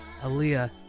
aaliyah